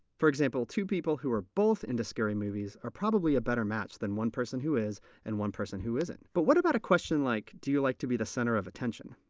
for example, two people who are both into scary movies are probably a better match than one person who is and one who isn't. but what about a question like, do you like to be the center of attention?